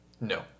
No